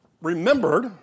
remembered